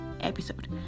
episode